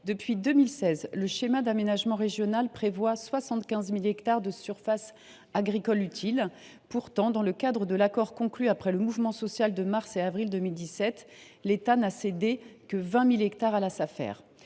Depuis 2016, le schéma d’aménagement régional prévoit 75 000 hectares de surface agricole utile. Pourtant, dans le cadre de l’accord conclu après le mouvement social de mars et avril 2017, l’État n’a cédé que 20 000 hectares à la